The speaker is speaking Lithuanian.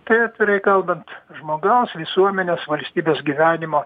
tai atvirai kalbant žmogaus visuomenės valstybės gyvenimo